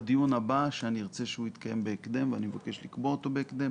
בדיון הבא שאני ארצה שהוא יתקיים בהקדם ואני מבקש לקבוע אותו בהקדם